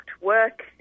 work